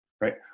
right